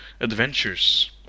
Adventures